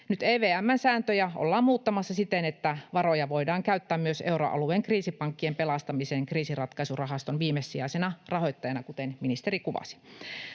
Nyt EVM:n sääntöjä ollaan muuttamassa siten, että varoja voidaan käyttää myös euroalueen kriisipankkien pelastamiseen kriisinratkaisurahaston viimesijaisena rahoittajana, kuten ministeri kuvasi.